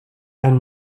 ein